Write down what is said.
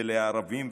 לערבים,